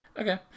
Okay